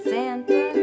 Santa